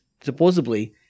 supposedly